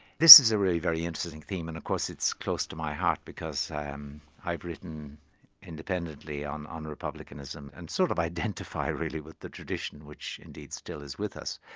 this is a really very interesting theme, and of course it's close to my heart, because ah um i've written independently on on republicanism and sort of identify really with the tradition, which indeed still is with us.